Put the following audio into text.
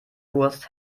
wurst